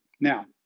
Now